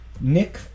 Nick